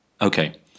Okay